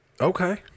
Okay